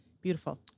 Beautiful